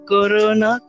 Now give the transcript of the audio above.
Corona